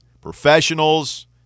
professionals